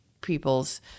people's –